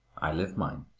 i live mine.